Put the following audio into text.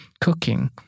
cooking